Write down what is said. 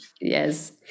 yes